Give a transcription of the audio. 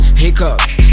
hiccups